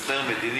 לאיזה הסדר מדיני,